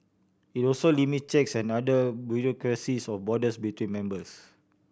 it also limit checks and other bureaucracies or borders between members